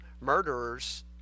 murderers